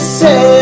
say